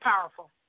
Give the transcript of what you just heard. powerful